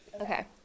Okay